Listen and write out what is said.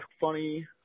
funny